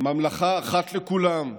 ממלכה אחת לכולם,